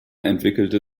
entwickelte